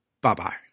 Bye-bye